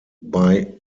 bei